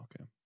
okay